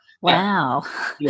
Wow